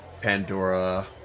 Pandora